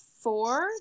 four